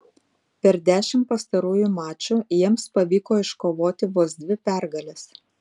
per dešimt pastarųjų mačų jiems pavyko iškovoti vos dvi pergales